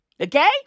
Okay